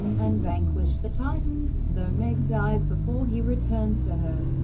and vanquish the titans, though meg dies before he returns to her.